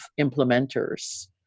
implementers